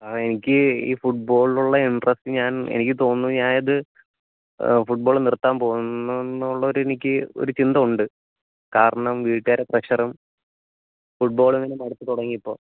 സാറെ എനിക്ക് ഈ ഫുട്ബോളിലുള്ള ഇൻട്രസ്റ്റ് ഞാൻ എനിക്ക് തോന്നുന്നു ഞാൻ ഇത് ഫുട്ബോള് നിർത്താൻ പോവുന്നു എന്നുള്ള ഒരു എനിക്ക് ഒരു ചിന്ത ഉണ്ട് കാരണം വീട്ടുകാരെ പ്രഷറും ഫുട്ബോള് തന്നെ മടുത്തു തുടങ്ങി ഇപ്പോൾ